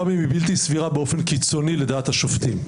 גם אם היא בלתי סבירה באופן קיצוני לדעת השופטים.